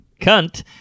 cunt